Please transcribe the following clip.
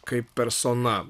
kaip persona